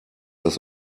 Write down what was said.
das